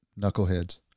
knuckleheads